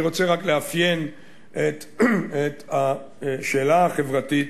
אני רוצה רק לאפיין את השאלה החברתית,